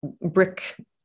brick